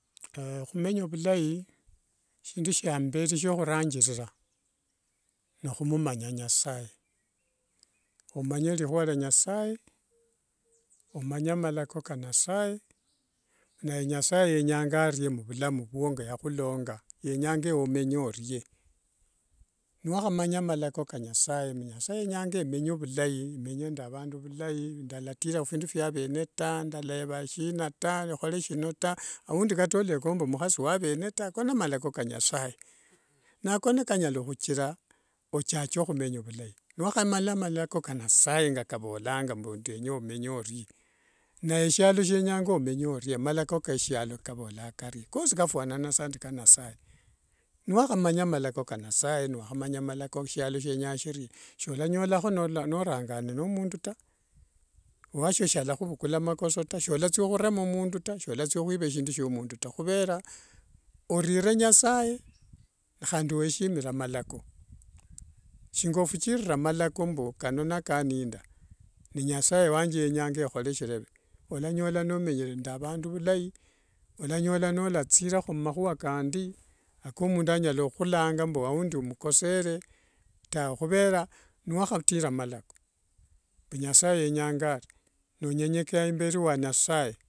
khumenya vhulai shindu shia mberi shiokhuranjirira nokhumumanya nyasaye. Omanye likhua lia nasaye, omanye malako kanasaye na nasaye yenyanga arie muvulamu vwao kiyakhulonga yenyanga ewe omenye orie. Niwakhamanya malako ka nasaye mbu nyasaye nyenyanga menye vulai, menye nende avandu vilai ndaratira khuphindu phwavene taa ndaleva shina taa ndalakohola shino taa aundi walekomba mukhasi wa vene taa ako n malako ka nasaye. Nako nikanyala khuthira omenye vilai niwakhamala malako ka nasaye ngakavolanga omenye orie. Nate shialo shienyanga omenye orie malako ke shialo kavola mbu omenye orie kosi kafuanana nende kana saye niwakhamanya malako ka nasaye niwakhamanya malako shialo shienyanga shirie sholanyolaho norangane nende mundu taa ewashio shialavhuvhukula makokoso taa sholathia khurema mundu taa sholathia khwiva shindu shio mundu taa khuvera orire nasaye handi weshimire malako. Shinga ofukire malako kano nikaninda, ni nasaye wanje yenyanga khole shireve walanyola nomenyere ne vandu vhulai walanyola nolathire umakhua kandi komundu anyala ukhulanga mbu aundi omukosere tawe khuvera niwakhatira malako mbu nyasaye yenyanga ari, nonyenyekeya imberi wa nasaye.